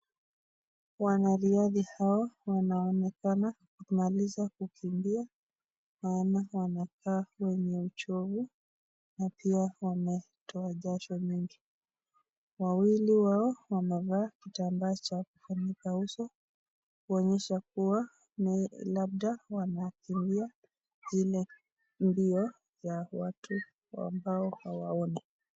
Wanariadha hawa wanaonekana kumaliza kukimbia na naona wanakaa wenye uchovu na pia wanatoa jasho mingi. Wawili wao wamevaa kitambaa cha kufunika uso, kuonyesha kuwa labda wanakimbia ile mbio ya watu ambao hawaoni.